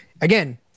Again